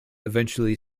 eventually